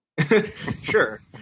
sure